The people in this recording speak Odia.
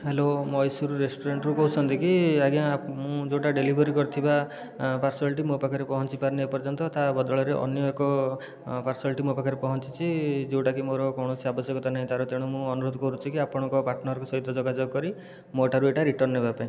ହ୍ୟାଲୋ ମୟେସୁର ରେଷ୍ଟୁରାଣ୍ଟରୁ କହୁଛନ୍ତି କି ଆଜ୍ଞା ମୁଁ ଯେଉଁଟା ଡେଲିଭେରି କରିଥିବା ପାର୍ସଲଟି ମୋ ପାଖରେ ପହଞ୍ଚି ପାରି ନାହିଁ ଏପର୍ଯ୍ୟନ୍ତ ତା ବଦଳରେ ଅନ୍ୟ ଏକ ପାର୍ସଲଟି ମୋ ପାଖରେ ପହଞ୍ଚିଛି ଯେଉଁଟା କି ମୋର କୌଣସି ଆବଶ୍ୟକତା ନାହିଁ ତାର ତେଣୁ ମୁଁ ଅନୁରୋଧ କରୁଛି କି ଆପଣଙ୍କ ପାର୍ଟନରଙ୍କ ସହିତ ଯୋଗାଯୋଗ କରି ମୋ'ଠାରୁ ଏଇଟା ରିଟର୍ନ ନେବା ପାଇଁ